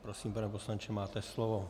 Prosím, pane poslanče, máte slovo.